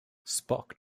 spock